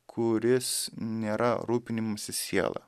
kuris nėra rūpinimasis siela